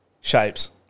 Shapes